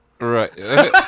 Right